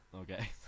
Okay